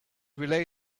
relay